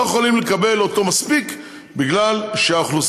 לא יכולים לקבל אותו מספיק מפני שהאוכלוסייה